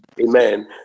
amen